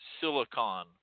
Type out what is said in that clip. silicon